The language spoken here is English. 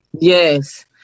yes